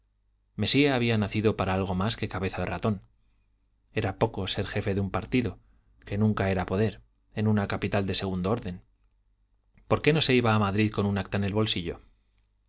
mesía había nacido para algo más que cabeza de ratón era poco ser jefe de un partido que nunca era poder en una capital de segundo orden por qué no se iba a madrid con un acta en el bolsillo